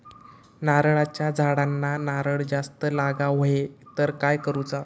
नारळाच्या झाडांना नारळ जास्त लागा व्हाये तर काय करूचा?